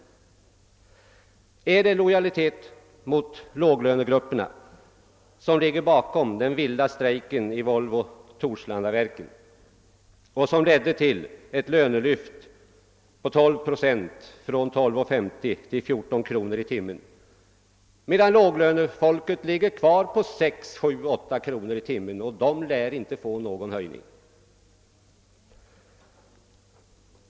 Var det lojalitet mot låglönegruppen som låg bakom den vilda strejken i Volvo-Torslandaverken, vilken ledde till ett lönelyft på 12 procent från 12:50 till 14 kr. i timmen, medan låglönefolket ligger kvar på sex, sju eller åtta kronor i timmen? Dessa grupper lär inte få någon höjning!